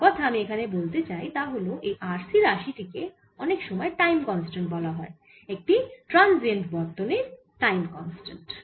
একটা কথা আমি এখানে বলতে চাই তা হল এই RC রাশি টি কে অনেক সময় টাইম কন্সট্যান্ট বলা হয় একটি ট্রান্সিয়েন্ট বর্তনীর টাইম কন্সট্যান্ট